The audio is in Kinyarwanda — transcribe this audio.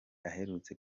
aherutse